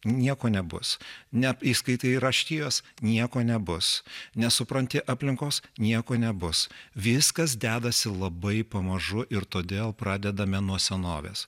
nieko nebus neįskaitai raštijos nieko nebus nesupranti aplinkos nieko nebus viskas dedasi labai pamažu ir todėl pradedame nuo senovės